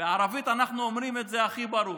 בערבית אנחנו אומרים את זה הכי ברור: